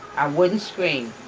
i wouldn't scream.